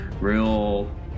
real